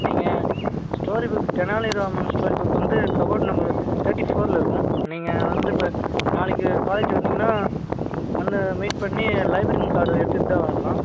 நீங்கள் story book Tenaliraman story book வந்து cupboard number thirty ஃபோரில் இருக்கும் நீங்கள் வந்து இப்போ நாளைக்கு காலேஜ் வந்தீங்கன்னா வந்து மீட் பண்ணி லைப்ரரியன் கார்டு எடுத்துகிட்டு தான் வரலாம்